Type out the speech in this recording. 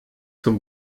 zum